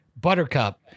Buttercup